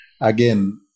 again